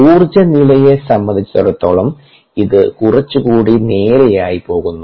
ഊർജ്ജ നിലയെ സംബന്ധിച്ചിടത്തോളം ഇത് കുറച്ചുകൂടി നേരെയായി പോകുന്നു